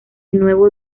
nuevo